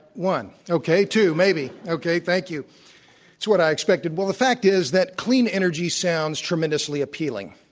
one. okay, two maybe. okay, thank you. that's what i expected. well, the fact is that clean energy sounds tremendously appealing.